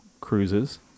cruises